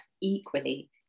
equally